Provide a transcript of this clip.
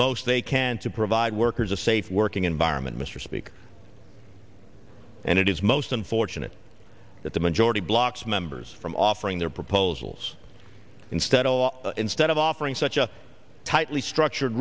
most they can to provide workers a safe working environment mr speaker and it is most unfortunate that the majority blocs members from offering their proposals instead of instead of offering such a tightly structured